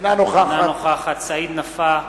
אינה נוכחת סעיד נפאע,